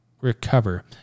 recover